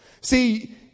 See